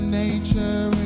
nature